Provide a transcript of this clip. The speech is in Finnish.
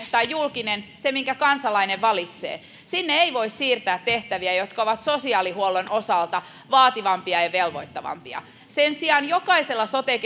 tai julkiseen siihen minkä kansalainen valitsee ei voi siirtää tehtäviä jotka ovat sosiaalihuollon osalta vaativampia ja velvoittavampia sen sijaan jokaisella sote